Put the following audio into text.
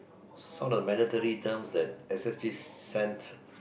it's not a mandatory terms that S_S_G sent